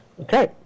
okay